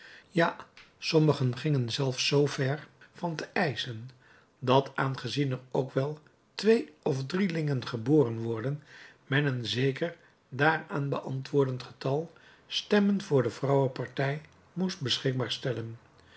ja sommigen gingen zelfs zoo ver van te eischen dat aangezien er ook wel tweeof drielingen geboren worden men een zeker daaraan beantwoordend getal stemmen voor de vrouwenpartij moest beschikbaar stellen